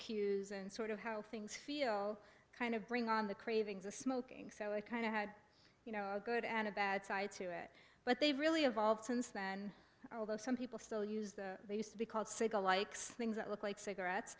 cues and sort of how things feel kind of bring on the cravings the smoking so it kind of had you know good and bad side to it but they've really evolved since then although some people still use the they used to be called say the likes things that look like cigarettes